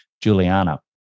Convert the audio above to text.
Juliana